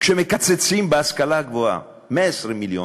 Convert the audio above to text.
כשמקצצים בהשכלה הגבוהה 120 מיליון